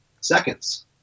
seconds